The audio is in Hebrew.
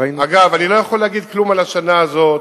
אגב, אני לא יכול להגיד כלום על השנה הזאת.